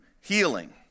healing